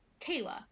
Kayla